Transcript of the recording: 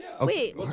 Wait